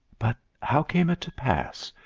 but how came it to pass?